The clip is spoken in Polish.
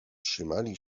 trzymali